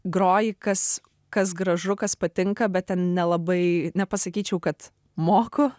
groji kas kas gražu kas patinka bet ten nelabai nepasakyčiau kad moku